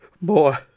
more